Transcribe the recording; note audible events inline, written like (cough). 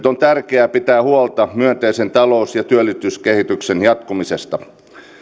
(unintelligible) on tärkeää pitää huolta myönteisen talous ja työllisyyskehityksen jatkumisesta